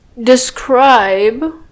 describe